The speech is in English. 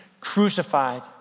crucified